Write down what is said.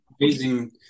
amazing